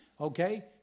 okay